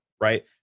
right